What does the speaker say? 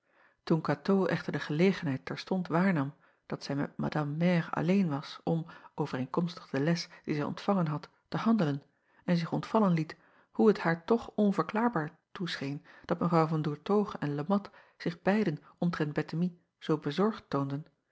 oen atoo echter de gelegenheid terstond waarnam dat zij met madame mère alleen was om overeenkomstig de les die zij ontvangen had te handelen en zich ontvallen liet hoe het haar toch onverklaarbaar toescheen dat evrouw an oertoghe en e at zich beiden omtrent ettemie zoo bezorgd toonden